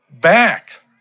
back